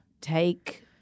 take